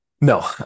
No